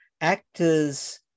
actors